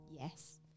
Yes